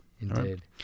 Indeed